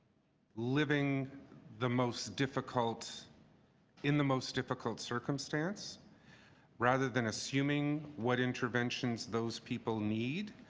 living the most difficult in the most difficult circumstance rather than assuming what interventions those people need.